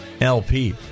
LP